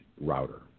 router